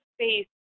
space